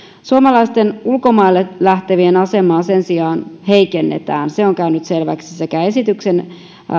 suomalaisten ulkomaille lähtevien asemaa sen sijaan heikennetään se on käynyt selväksi sekä esityksen